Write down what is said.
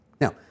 Now